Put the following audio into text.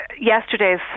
yesterday's